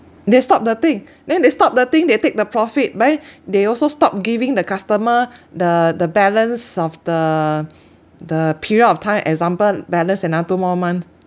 they stop the thing then they stop the thing they take the profit but then they also stop giving the customer the the balance of the the period of time example balance another two more month